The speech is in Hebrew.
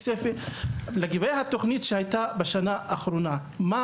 לגבי התוכנית שהייתה בשנה האחרונה ועליה,